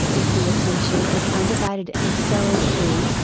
if the attention is undivided and so is free,